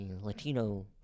Latino